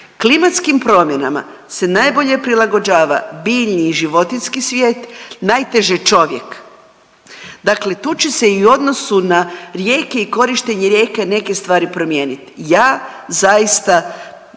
klimatskim promjenama se najbolje prilagođava biljni i životinjski svijet, najteže čovjek. Dakle, tu se će i u odnosu na rijeke i korištenje rijeke neke stvari promijenit. Ja zaista